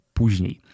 później